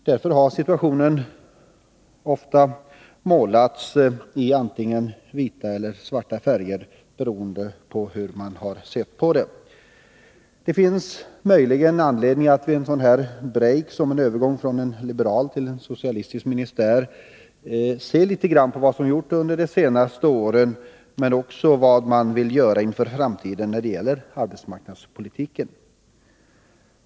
Därför har situationen ofta målats i antingen vitt eller svart, beroende på hur man sett på den. Det finns möjligen anledning att vid en sådan här ”break”, som en övergång från en liberal till en socialistisk ministär innebär, se på vad som har gjorts under de senare åren men också att undersöka vad man vill göra inför framtiden när det gäller arbetsmarknadspolitiken.